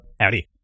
Howdy